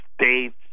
States